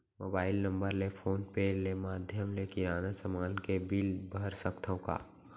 Mobile number ले phone पे ले माधयम ले किराना समान के बिल भर सकथव का?